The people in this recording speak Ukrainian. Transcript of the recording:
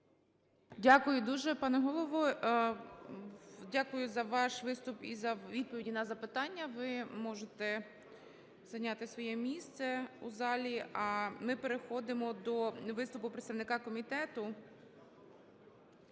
Дякую дуже, пане голово. Дякую за ваш виступ і за відповіді на запитання. Ви можете зайняти своє місце у залі, а ми переходимо до виступу представника комітету.